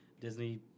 Disney